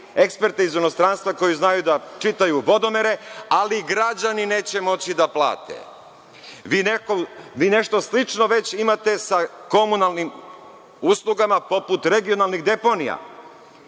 eksperte iz inostranstva koji znaju da čitaju vodomere, ali građani neće moći da plate. Vi nešto slično već imate sa komunalnim uslugama poput regionalnih deponija.Sećate